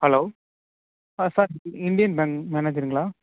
hello sir Indian bank மேனேஜருங்களா